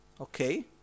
okay